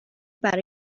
برای